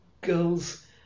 girls